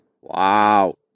Wow